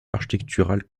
architecturales